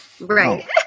Right